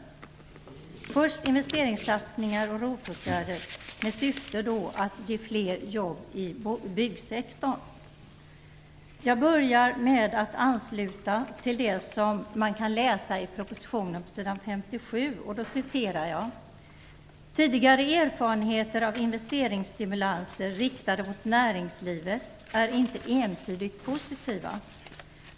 Jag vill först beröra investeringssatsningar och ROT-åtgärder med syftet att ge fler jobb inom byggsektorn. Jag vill först anknyta till det som uttalas på s. "Tidigare erfarenheter av investeringsstimulanser riktade mot näringslivet är inte entydigt positiva.